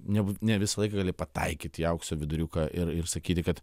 nebūt ne visą laiką gali pataikyt į aukso viduriuką ir ir sakyti kad